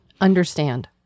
understand